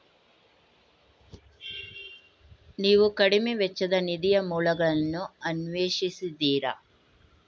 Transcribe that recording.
ನೀವು ಕಡಿಮೆ ವೆಚ್ಚದ ನಿಧಿಯ ಮೂಲಗಳನ್ನು ಅನ್ವೇಷಿಸಿದ್ದೀರಾ?